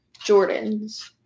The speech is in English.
Jordans